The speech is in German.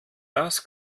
das